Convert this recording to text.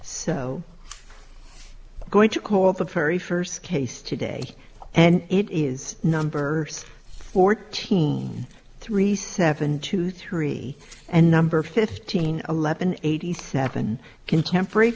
so going to call the very first case today and it is numbers fourteen three seven two three and number fifteen eleven eighty seven contemporary